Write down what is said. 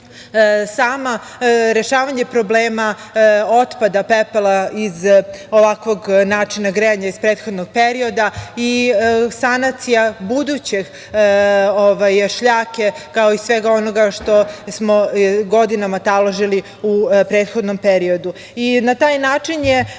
je rešavanje problema otpada pepela iz ovakvog načina grejanja iz prethodnog perioda i sanacija buduće šljake, kao i svega onoga što smo godinama taložili u prethodnom periodu.